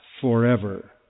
forever